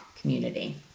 community